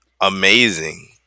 Amazing